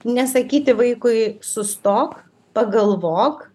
nesakyti vaikui sustok pagalvok